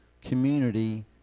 community